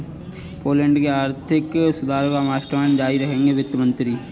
Poland के आर्थिक सुधार का मास्टरमाइंड जारी रखेंगे वित्त मंत्री